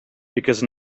because